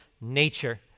nature